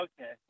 Okay